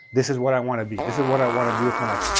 this is what i want to be, this is what i want to do with my life.